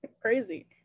crazy